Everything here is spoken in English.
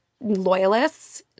loyalists